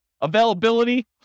Availability